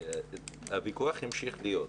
דודי, הוויכוח ימשיך להיות.